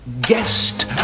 guest